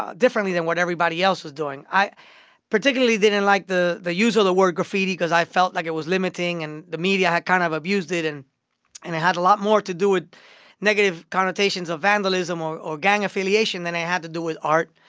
ah differently than what everybody else was doing i particularly didn't like the the use of the word graffiti because i felt like it was limiting. and the media had kind of abused it. and and it had a lot more to do with negative connotations of vandalism or or gang affiliation than it had to do with art.